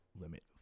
limit